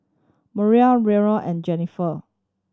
Merlyn Raymon and Jenifer